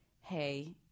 hey